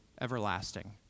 everlasting